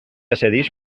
accedeix